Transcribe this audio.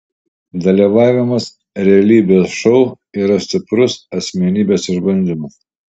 dalyvavimas realybės šou yra stiprus asmenybės išbandymas